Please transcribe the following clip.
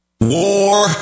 War